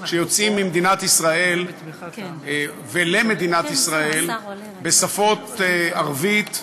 שיוצאים ממדינת ישראל ולמדינת ישראל בשפות ערבית,